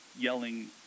yelling